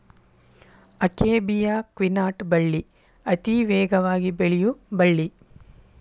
akebia quinata ಬಳ್ಳಿ ಅತೇ ವೇಗವಾಗಿ ಬೆಳಿಯು ಬಳ್ಳಿ